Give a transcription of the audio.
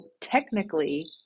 technically